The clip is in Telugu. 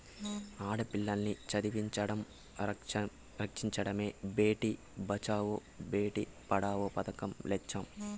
ఆడపిల్లల్ని చదివించడం, రక్షించడమే భేటీ బచావో బేటీ పడావో పదకం లచ్చెం